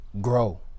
grow